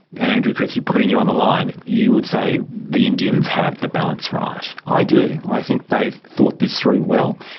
and andrew christie, putting you on the line, you would say the indians have the balance right. i do, i think they've thought this through well,